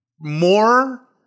more